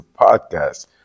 Podcast